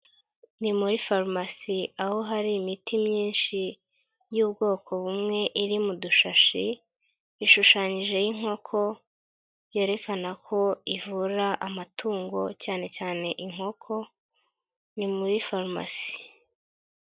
Ni muri farumasi aho hari imiti myinshi y'ubwoko bumwe iri mu dushashi, ishushanyijeho inkoko yerekana ko ivura amatungo cyane cyane inkoko, ni muri farumasi.